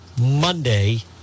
Monday